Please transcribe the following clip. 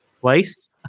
place